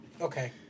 Okay